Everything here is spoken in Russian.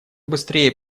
быстрее